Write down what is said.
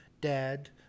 dad